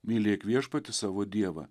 mylėk viešpatį savo dievą